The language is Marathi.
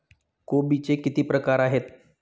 कोबीचे किती प्रकार आहेत?